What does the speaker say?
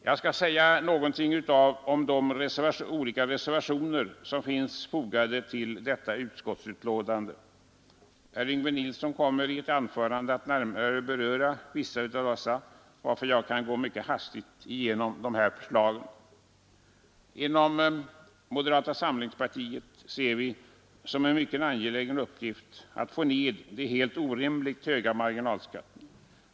Jag skall säga några ord om de olika reservationerna som finns fogade till detta utskottsbetänkande. Herr Yngve Nilsson kommer i sitt anförande att närmare beröra vissa av dem, varför jag mycket hastigt kan gå igenom förslagen. Inom moderata samlingspartiet ser vi det som en mycket angelägen uppgift att få ned de helt orimligt höga marginalskatterna.